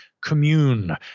commune